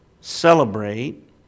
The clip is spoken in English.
celebrate